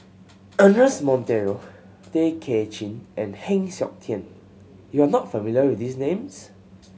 Ernest Monteiro Tay Kay Chin and Heng Siok Tian you are not familiar with these names